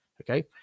Okay